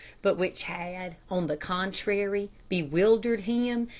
but which had, on the contrary, bewildered him,